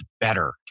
better